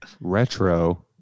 Retro